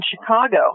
Chicago